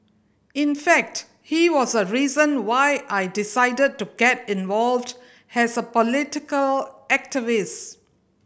in fact he was a reason why I decided to get involved as a political activist